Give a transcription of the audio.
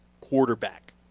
quarterback